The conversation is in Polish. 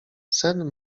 sen